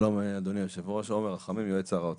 שלום אדוני היושב-ראש, אני יועץ שר האוצר.